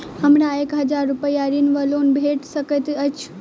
हमरा एक हजार रूपया ऋण वा लोन भेट सकैत अछि?